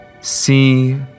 see